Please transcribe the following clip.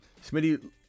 Smitty